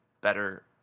better